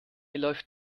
läuft